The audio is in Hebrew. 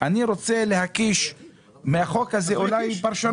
אני רוצה להקיש מהחוק הזה אולי פרשנות.